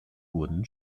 wurden